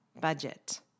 budget